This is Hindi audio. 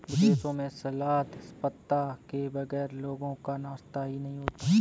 विदेशों में सलाद पत्ता के बगैर लोगों का नाश्ता ही नहीं होता